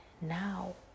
now